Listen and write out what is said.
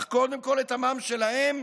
אך קודם כול את עמם שלהם,